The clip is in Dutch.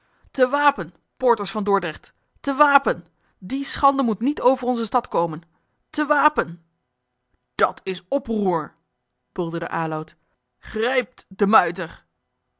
te wapen poorters van dordrecht te wapen die schande moet niet over onze stad komen te wapen dat is oproer bulderde aloud grijpt den muiter